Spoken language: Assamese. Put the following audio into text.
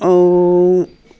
ও